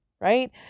right